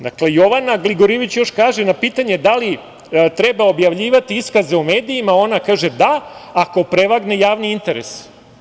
Dakle, Jovana Gligorijević na pitanje da li treba objavljivati iskaze u medijima, ona kaže: „Da, ako prevagne javni interes“